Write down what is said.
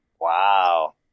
Wow